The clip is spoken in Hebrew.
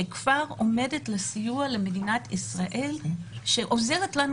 שכבר עומד לסיוע למדינת ישראל ועוזר לנו